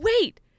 Wait